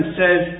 says